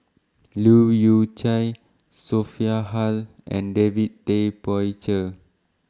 Leu Yew Chye Sophia Hull and David Tay Poey Cher